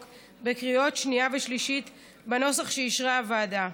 בקריאות השנייה והשלישית בנוסח שאישרה הוועדה.